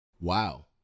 Wow